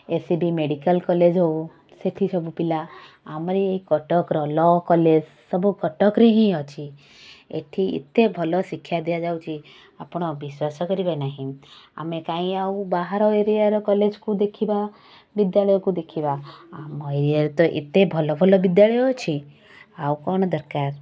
S C B medical college ହଉ ସେଠି ସବୁପିଲା ଆମର ଏ କଟକର ଲ କଲେଜ ସବୁ କଟକରେ ହିଁ ଅଛି ଏଠି ଏତେ ଭଲ ଶିକ୍ଷା ଦିଆଯାଉଛି ଆପଣ ବିଶ୍ଵାସ କରିବେ ନାହିଁ ଆମେ କାହିଁ ଆଉ ବାହାର ଏରିଆର କଲେଜକୁ ଦେଖିବା ବିଦ୍ୟାଳୟକୁ ଦେଖିବା ଆମ ଏରିଆରେ ତ ଏତେ ଭଲ ଭଲ ବିଦ୍ୟାଳୟ ଅଛି ଆଉ କ'ଣ ଦରକାର